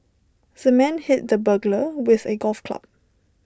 the man hit the burglar with A golf club